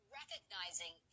recognizing